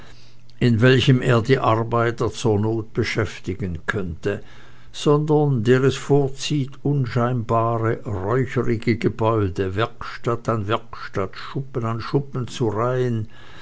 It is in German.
in welchem er die arbeiter zur not beschäftigen könnte sondern der es vorzieht unscheinbare räucherige gebäude werkstatt an werkstatt schuppen an schuppen zu reihen